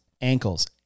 ankles